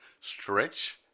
stretch